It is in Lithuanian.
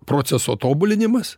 proceso tobulinimas